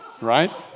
right